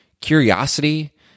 Curiosity